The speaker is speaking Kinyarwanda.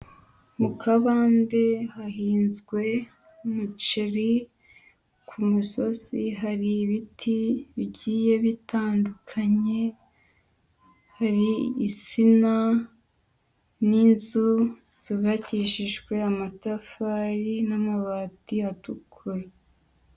Mu kabande hahinzwe umuceri, ku musozi hari ibiti bigiye bitandukanye, hari iginsina n'inzu byubakishijwe amatafari n'amabati atukura.